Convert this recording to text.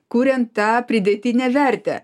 kuriant tą pridėtinę vertę